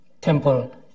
temple